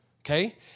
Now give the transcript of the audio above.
Okay